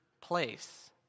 place